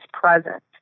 present